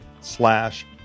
slash